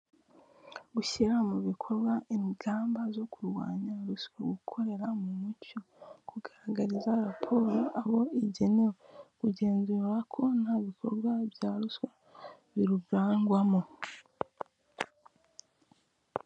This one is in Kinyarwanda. Gushyira mu bikorwa ingamba zo kurwanya ruswa, gukorera mu mucyo, kugaragariza raporo abo igenewe, kugenzura ko nta bikorwa bya ruswa birurangwamo